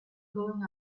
going